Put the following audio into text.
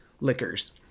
liquors